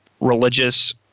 religious